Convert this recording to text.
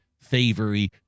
thievery